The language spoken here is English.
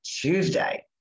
Tuesday